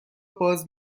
باز